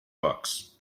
books